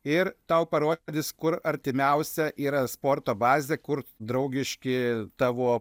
ir tau parodys kur artimiausia yra sporto bazė kur draugiški tavo